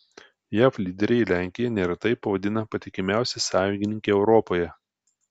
jav lyderiai lenkiją neretai pavadina patikimiausia sąjungininke europoje